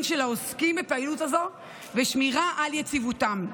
של העוסקים בפעילות זאת ושמירה על יציבותם.